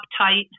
uptight